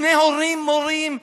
שני הורים מורים,